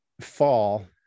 fall